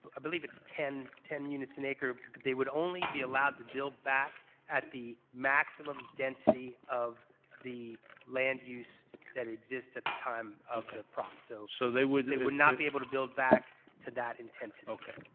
ah believe it's ten ten units an acre, but they would only be allowed to build back at the maximum density of the land use that exists at the time of the problem, so so they would they would not be able to build back to that intensity. okay.